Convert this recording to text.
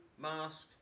mask